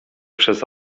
przez